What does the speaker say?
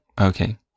Okay